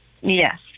Yes